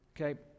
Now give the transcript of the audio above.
Okay